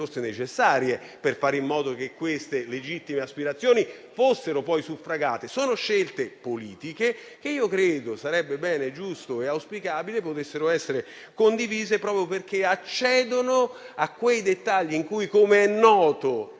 fondamentali per fare in modo che queste legittime aspirazioni fossero poi suffragate. Sono scelte politiche, che io credo sarebbe bene, giusto e auspicabile potessero essere condivise, proprio perché accedono a quei dettagli in cui - come è noto